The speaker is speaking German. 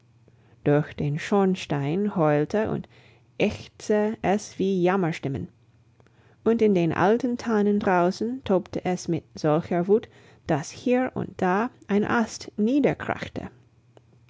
durch den schornstein heulte und ächzte es wie jammerstimmen und in den alten tannen draußen tobte es mit solcher wut dass hier und da ein ast niederkrachte